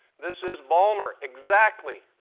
this is balmer exactly.